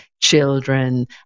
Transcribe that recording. children